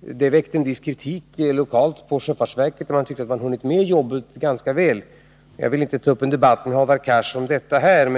Det väckte en viss kritik lokalt på sjöfartsverket, där man tyckte att man hunnit med jobbet ganska väl. Jag vill inte här ta upp en debatt med Hadar Cars om detta.